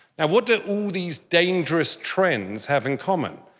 and what do all these dangerous trends have in common?